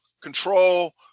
control